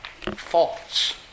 false